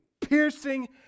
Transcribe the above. piercing